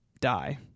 die